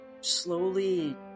slowly